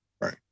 Right